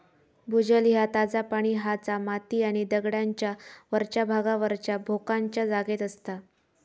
भूजल ह्या ताजा पाणी हा जा माती आणि दगडांच्या वरच्या भागावरच्या भोकांच्या जागेत असता